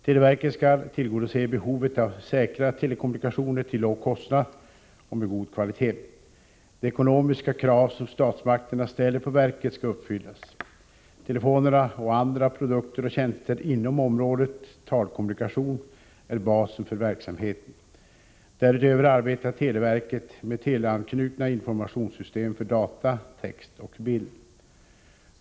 Televerket skall tillgodose behovet av säkra telekommunikationer till låg kostnad och med god kvalitet. De ekonomiska krav som statsmakterna ställer på verket skall uppfyllas. Telefonerna och andra produkter och tjänster inom området talkommunikation är basen för verksamheten. Därutöver arbetar televerket med teleanknutna informationssystem för data, text och bild.